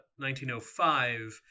1905